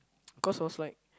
cause was like